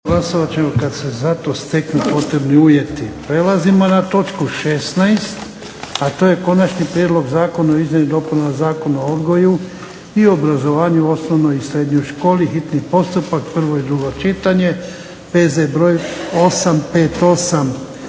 **Jarnjak, Ivan (HDZ)** Prelazimo na točku 16. a to je - Konačni prijedlog zakona o izmjeni i dopunama Zakona o odgoju i obrazovanju u osnovnoj i srednjoj školi, hitni postupak, prvo i drugo čitanje, P.Z. br. 858.